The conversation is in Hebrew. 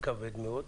כבד מאוד,